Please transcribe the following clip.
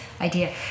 idea